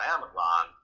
Amazon